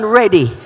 ready